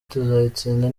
tuzayitsinda